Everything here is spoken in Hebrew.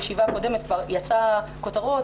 בישיבה הקודמת יצאו כותרות,